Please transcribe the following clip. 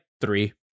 three